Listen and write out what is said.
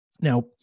Now